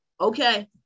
Okay